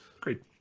Great